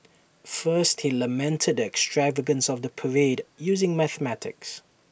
first he lamented the extravagance of the parade using mathematics